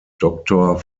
doctor